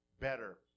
better